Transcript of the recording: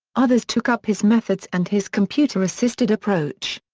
others took up his methods and his computer-assisted approach.